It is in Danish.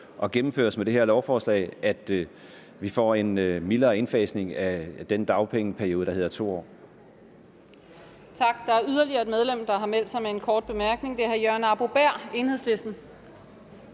og gennemføres med det her lovforslag, så vi får en mildere indfasning af den dagpengeperiode, der er på 2 år. Kl. 10:57 Tredje næstformand (Camilla Hersom): Tak. Der er yderligere et medlem, der har meldt sig for en kort bemærkning. Det er hr. Jørgen Arbo-Bæhr, Enhedslisten.